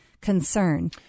Concern